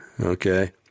Okay